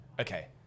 okay